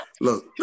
Look